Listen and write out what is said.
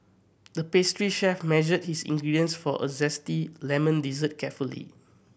the pastry chef measured his ingredients for a zesty lemon dessert carefully